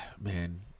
man